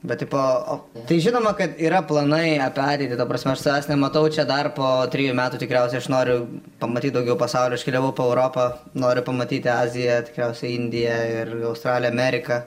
bet tipo tai žinoma kad yra planai apie ateitį ta prasme aš savęs nematau čia dar po trijų metų tikriausiai aš noriu pamatyt daugiau pasaulio aš keliavau po europą noriu pamatyti aziją tikriausiai indija ir australiją ameriką